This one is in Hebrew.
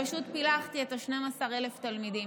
פשוט פילחתי את 12,000 התלמידים.